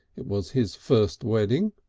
it was his first wedding,